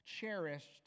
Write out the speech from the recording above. cherished